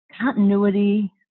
continuity